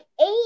eight